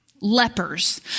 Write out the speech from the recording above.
Lepers